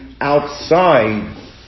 outside